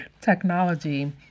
technology